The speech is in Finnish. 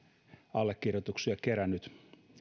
allekirjoituksia kerännyt